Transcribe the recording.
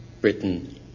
Britain